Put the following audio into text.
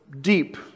deep